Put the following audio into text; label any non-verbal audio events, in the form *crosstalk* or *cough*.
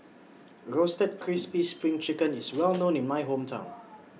Roasted Crispy SPRING Chicken *noise* IS Well known in My Hometown